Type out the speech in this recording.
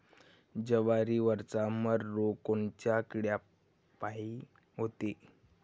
जवारीवरचा मर रोग कोनच्या किड्यापायी होते?